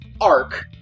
arc